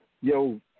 Yo